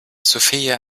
sophia